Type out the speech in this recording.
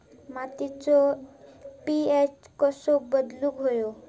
मातीचो पी.एच कसो बदलुक होयो?